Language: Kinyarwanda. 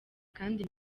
kandi